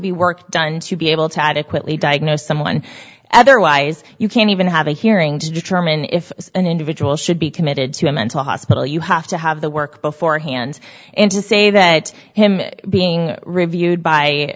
be work done to be able to adequately diagnose someone otherwise you can't even have a hearing to determine if an individual should be committed to a mental hospital you have to have the work beforehand and to say that him being reviewed by